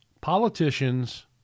politicians